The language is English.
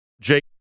Jake